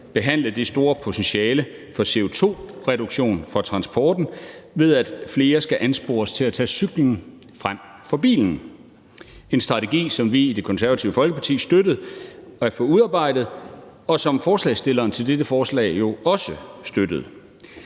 behandle det store potentiale for CO2-reduktion fra transporten, ved at flere skal anspores til at tage cyklen frem for bilen – en strategi, som vi i Det Konservative Folkeparti støttede at få udarbejdet, og som forslagsstillerne til dette forslag jo også støttede.